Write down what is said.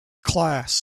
class